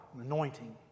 anointing